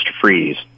Freeze